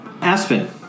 Aspen